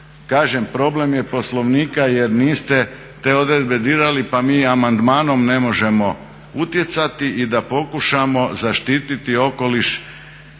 Kažem, problem je Poslovnika jer niste te odredbe dirali pa mi amandmanom ne možemo utjecati i da pokušamo zaštiti okoliš